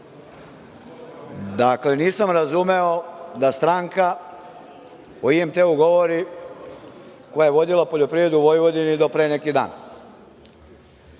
Dakle, nisam razumeo da stranka o IMT govori, koja je vodila poljoprivredu u Vojvodini do pre neki dan…